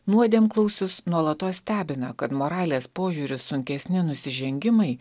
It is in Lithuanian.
nuodėmklausius nuolatos stebina kad moralės požiūriu sunkesni nusižengimai